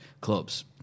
clubs